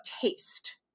taste